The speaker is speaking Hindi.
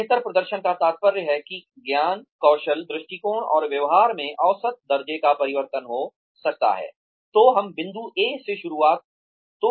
बेहतर प्रदर्शन का तात्पर्य है कि ज्ञान कौशल दृष्टिकोण और व्यवहार में औसत दर्जे का परिवर्तन हो सकता है